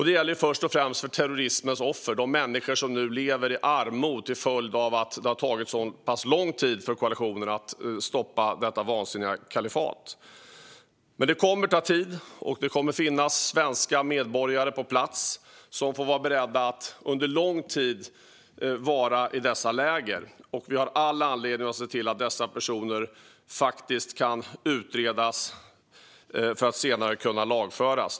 Det gäller först och främst terrorismens offer, människor som nu lever i armod till följd av att det har tagit så pass lång tid för koalitionen att stoppa detta vansinniga kalifat. Det kommer dock att ta tid. Det kommer att finnas svenska medborgare på plats som får vara beredda på att under lång tid vara i dessa läger. Vi har all anledning att se till att de personerna kan utredas för att senare lagföras.